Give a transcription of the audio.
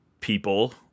people